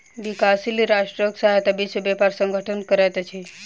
विकासशील राष्ट्रक सहायता विश्व व्यापार संगठन करैत अछि